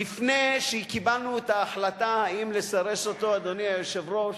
לפני שקיבלנו את ההחלטה, אדוני היושב-ראש,